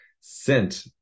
sent